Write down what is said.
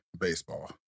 baseball